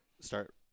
start